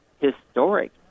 historic